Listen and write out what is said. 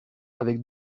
avec